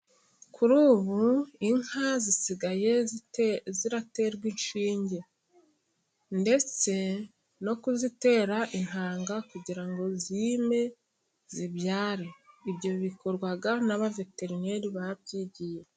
Kuri ubu, inka zisigaye ziraterwa inshinge ndetse no kuzitera intanga, kugira ngo zime zibyare, ibyo bikorwa n'abaveterineri ba byigiye.